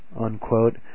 unquote